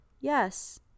Yes